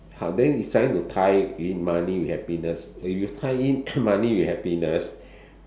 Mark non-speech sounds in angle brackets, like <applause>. !huh! then it's trying to tie in money with happiness if you tie in <coughs> money with happiness